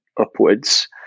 upwards